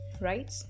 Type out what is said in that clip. right